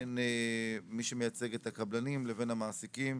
בין מי שמייצג את הקבלנים לבין המעסיקים.